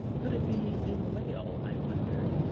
could it be a whale, i wondered?